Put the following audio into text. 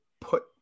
put